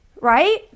right